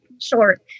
short